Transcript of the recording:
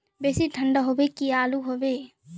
बेसी ठंडा होबे की आलू होबे